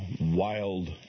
wild